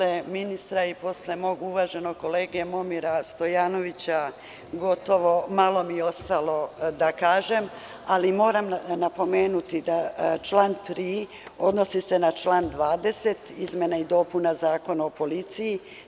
Naravno, posle ministra i posle mog uvaženog kolege Momira Stojanovića, gotovo malo mi je ostalo da kažem, ali moram napomenuti da član 3. odnosi se na član 20. izmena i dopuna Zakona o Policiji.